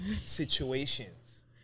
situations